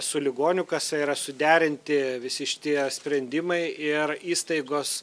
su ligonių kasa yra suderinti visi šitie sprendimai ir įstaigos